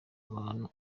abantu